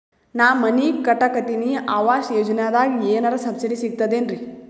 ನಾ ಮನಿ ಕಟಕತಿನಿ ಆವಾಸ್ ಯೋಜನದಾಗ ಏನರ ಸಬ್ಸಿಡಿ ಸಿಗ್ತದೇನ್ರಿ?